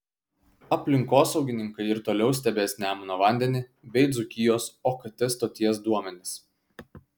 aplinkosaugininkai ir toliau stebės nemuno vandenį bei dzūkijos okt stoties duomenis